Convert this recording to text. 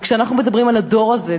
וכשאנחנו מדברים על הדור הזה,